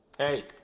Hey